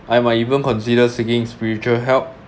I might even consider seeking spiritual help